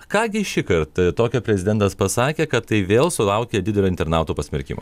ką gi šįkart tokio prezidentas pasakė kad tai vėl sulaukė didelio internautų pasmerkimo